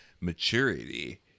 maturity